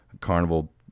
carnival